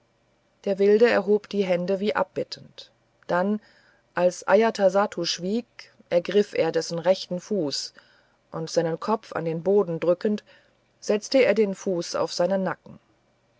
der wilde erhob die hände wie abbittend dann als ajatasattu schwieg ergriff er dessen rechten fuß und seinen kopf an den boden drückend setzte er den fuß auf seinen nacken